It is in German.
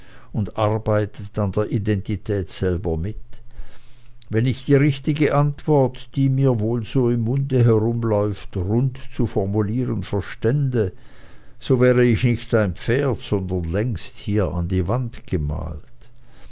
und arbeitet an der identität selber mit wenn ich die richtige antwort die mir wohl so im munde herumläuft rund zu formulieren verstände so wäre ich nicht ein pferd sondern längst hier an die wand gemalt